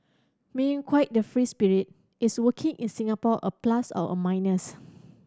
being quite the free spirit is working in Singapore a plus or a minus